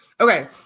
Okay